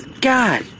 God